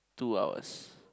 two hours